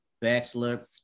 bachelor